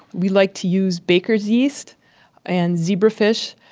we like to use baker's yeast and zebrafish.